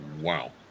Wow